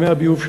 ממי-הביוב שלה,